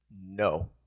No